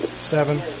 seven